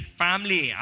family